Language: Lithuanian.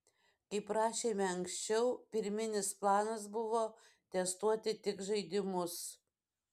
kaip rašėme anksčiau pirminis planas buvo testuoti tik žaidimus